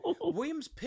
Williams